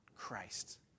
Christ